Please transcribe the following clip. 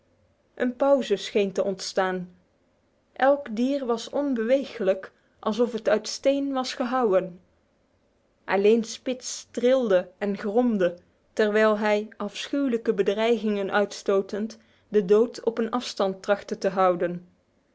een pauze scheen te ontstaan elk dier was onbeweeglijk alsof het uit steen was gehouwen alleen spitz trilde en gromde terwijl hij afschuwelijke bedreigingen uitstotend de dood op een afstand trachtte te houden